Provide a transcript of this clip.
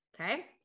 Okay